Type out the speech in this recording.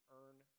earn